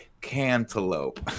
cantaloupe